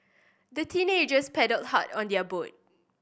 the teenagers paddled hard on their boat